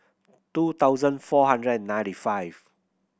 two thousand four hundred and ninety five